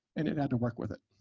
and it had to work with it.